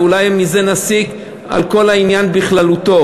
ואולי מזה נסיק על כל העניין בכללותו.